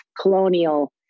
colonial